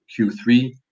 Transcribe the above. Q3